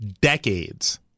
decades